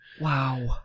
Wow